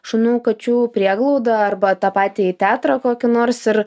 šunų kačių prieglaudą arba tą patį į tetrą kokį nors ir